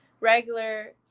regular